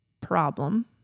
problem